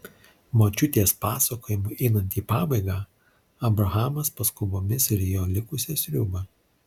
močiutės pasakojimui einant į pabaigą abrahamas paskubomis rijo likusią sriubą